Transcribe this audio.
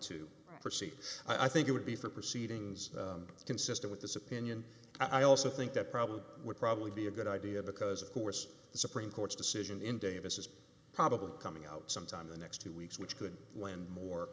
to proceed i think it would be for proceedings consistent with this opinion i also think that probably would probably be a good idea because of course the supreme court's decision in davis is probably coming out sometime the next two weeks which could land more